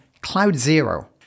CloudZero